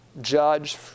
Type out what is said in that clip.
judge